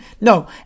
No